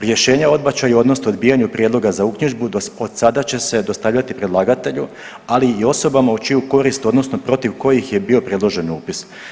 Rješenja o odbačaju odnosno odbijanju prijedloga za uknjižbu od sada će se dostavljati predlagatelju, ali i osobama u čiju korist odnosno protiv kojih je bio predložen upis.